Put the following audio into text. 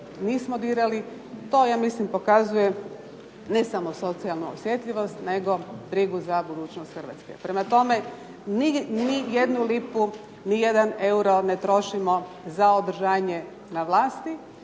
nismo dirali. To ja mislim pokazuje ne samo socijalnu osjetljivost nego brigu za budućnost Hrvatske. Prema tome, ni jednu lipu, ni jedan euro ne trošimo za održanje na vlasti,